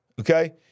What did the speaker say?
Okay